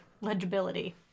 legibility